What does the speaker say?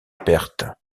perte